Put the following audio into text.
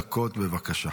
לחמש דקות, בבקשה.